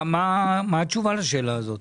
מה התשובה לשאלה הזאת?